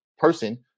person